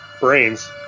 brains